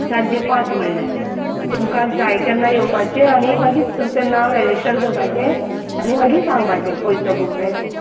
सांजचे पांच म्हणळ्यार तुमका जाय तेन्ना येवपाचें आनी मागीर तुमचें नांव रॅजिस्टर करपाचें आनी मागीर सांगपाचें खंयचो बूक जाय तो